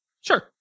Sure